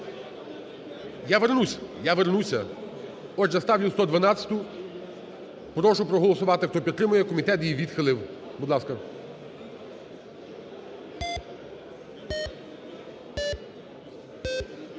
112. Я вернуся. Отже, ставлю 112-у. Прошу проголосувати, хто підтримує, комітет її відхилив. Будь ласка.